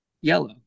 yellow